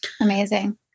Amazing